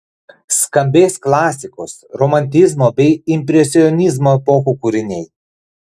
skambės klasikos romantizmo bei impresionizmo epochų kūriniai